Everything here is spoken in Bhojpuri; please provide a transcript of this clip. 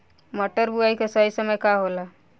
मटर बुआई के सही समय का होला?